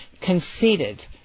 conceded